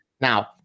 now